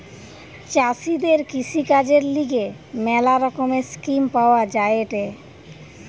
চাষীদের কৃষিকাজের লিগে ম্যালা রকমের স্কিম পাওয়া যায়েটে